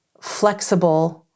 flexible